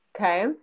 Okay